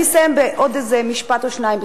אני אסיים בעוד משפט אחד או שניים.